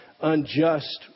unjust